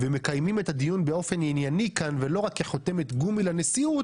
ומקיימים את הדיון באופן ענייני כאן ולא רק כחותמת גומי לנשיאות,